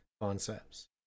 concepts